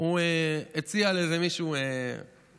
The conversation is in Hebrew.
הוא הציע לאיזה מישהו סוכריה